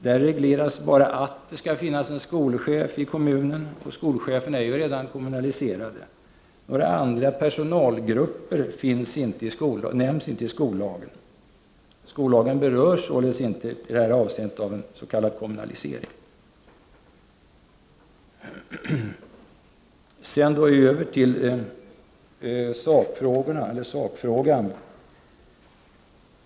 Där regleras bara att det skall finnas en skolchef i kommunen. Skolcheferna är redan kommunaliserade. Några andra personalgrupper nämns inte i skollagen. Skollagen berörs således inte i det här avseendet av en s.k. kommunalisering. Jag går sedan över till sakfrågan.